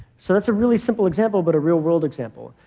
so that's a really simple example, but a real world example.